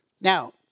Now